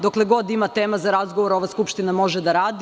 Dokle god ima tema za razgovor ova skupština može da radi.